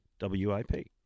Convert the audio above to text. WIP